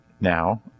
now